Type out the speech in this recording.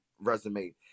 resume